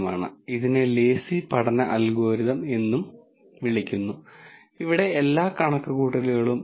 ഞാൻ ഇവയെ ക്ലാസ്സിഫിക്കേഷൻ പ്രോബ്ളങ്ങൾ എന്നും ഫംഗ്ഷൻ അപ്പ്രോക്സിമേഷൻ പ്രോബ്ളങ്ങൾ എന്നും വിളിക്കാൻ പോകുന്നു